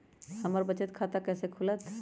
हमर बचत खाता कैसे खुलत?